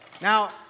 Now